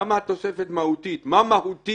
נחמן, אני אסביר לך אחר כך.